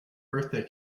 birthday